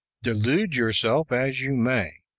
delude yourself as you may,